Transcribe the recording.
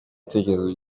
ibitekerezo